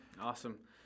awesome